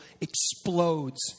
explodes